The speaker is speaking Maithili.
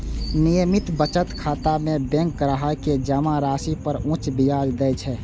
नियमित बचत खाता मे बैंक ग्राहक कें जमा राशि पर उच्च ब्याज दै छै